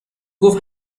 گفت